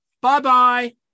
bye-bye